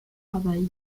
travail